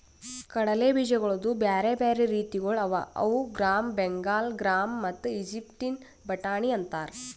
ಕಡಲೆ ಬೀಜಗೊಳ್ದು ಬ್ಯಾರೆ ಬ್ಯಾರೆ ರೀತಿಗೊಳ್ ಅವಾ ಅವು ಗ್ರಾಮ್, ಬೆಂಗಾಲ್ ಗ್ರಾಮ್ ಮತ್ತ ಈಜಿಪ್ಟಿನ ಬಟಾಣಿ ಅಂತಾರ್